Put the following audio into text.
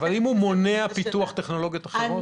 מונע פיתוח טכנולוגיות אחרות?